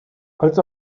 als